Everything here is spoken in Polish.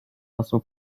czasu